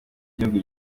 gihugu